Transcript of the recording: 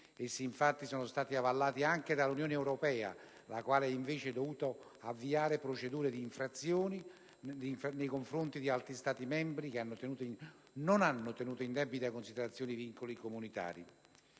essi, infatti, sono stati avallati anche dall'Unione europea, la quale ha invece dovuto avviare procedure di infrazione nei confronti di altri Stati membri, che non hanno tenuto in debita considerazione i vincoli comunitari.